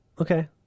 Okay